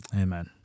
Amen